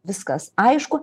viskas aišku